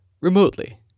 Remotely